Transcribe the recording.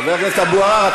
חבר הכנסת אבו עראר,